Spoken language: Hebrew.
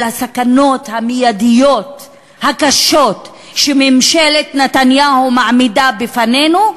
הסכנות המיידיות הקשות שממשלת נתניהו מעמידה בפנינו.